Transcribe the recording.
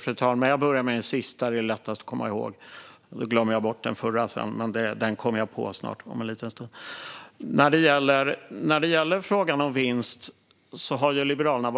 Fru talman! Jag börjar med den sista; den är lättast att komma ihåg. Jag glömmer bort den andra, men den kommer jag ihåg om en liten stund. När det gäller frågan om vinst har vi liberaler